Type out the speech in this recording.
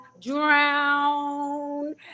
drown